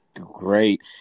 Great